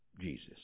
Jesus